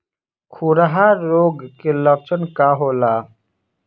खुरहा रोग के लक्षण का होला?